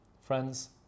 friends